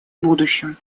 будущем